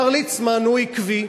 השר ליצמן הוא עקבי,